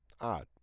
Odd